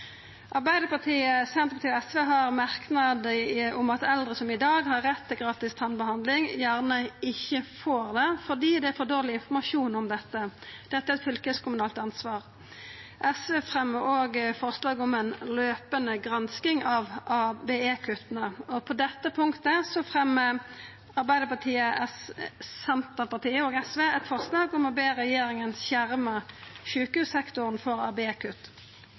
Arbeidarpartiet, Senterpartiet og SV har ein merknad om at eldre som i dag har rett til gratis tannbehandling, gjerne ikkje får det fordi det er for dårleg informasjon om dette. Dette er eit fylkeskommunalt ansvar. SV fremjar òg forslag om ei løpande gransking av ABE-kutta, og på dette punktet fremjar dessutan Arbeidarpartiet, Senterpartiet og SV eit forslag om å be regjeringa skjerma sjukehussektoren for